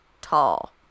tall